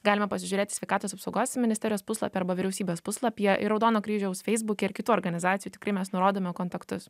galime pasižiūrėti sveikatos apsaugos ministerijos puslapy arba vyriausybės puslapyje ir raudono kryžiaus feisbuke ir kitų organizacijų tikrai mes nurodome kontaktus